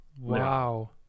wow